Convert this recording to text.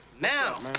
now